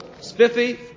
spiffy